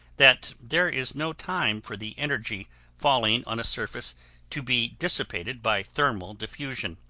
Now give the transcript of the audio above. that there is no time for the energy falling on a surface to be dissipated by thermal defusion